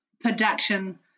production